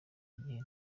igihe